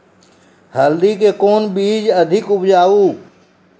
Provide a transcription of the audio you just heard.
हल्दी के कौन बीज अधिक उपजाऊ?